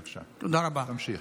בבקשה, תמשיך.